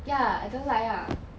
ya I don't like ah